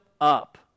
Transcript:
up